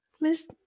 Miss